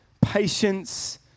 patience